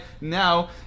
now